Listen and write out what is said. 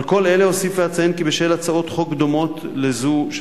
על כל אלה אוסיף ואציין כי בשל הצעות חוק דומות לזו של